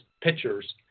pictures